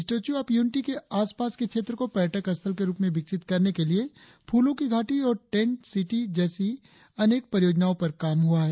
statue of Unity के आसपास के क्षेत्र को पर्यटक स्थल के रुप में विकसित करने के लिए फूलों की घाटी और टैंट सिटी जैसी अनेक परियोजनाओं पर काम हुआ है